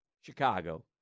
Chicago